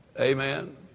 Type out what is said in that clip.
Amen